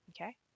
okay